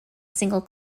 single